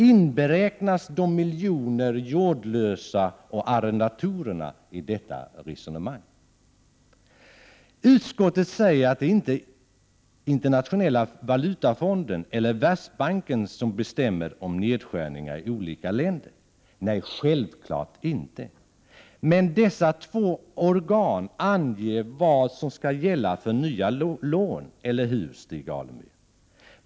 Inberäknas häri de miljoner jordlösa och arrendatorerna i detta resonemang? Utskottet säger att det inte är IMF eller Världsbanken som bestämmer om nedskärningar i olika länder. Nej, självklart inte. Men dessa två organ anger vad som skall gälla för nya lån, eller hur, Stig Alemyr?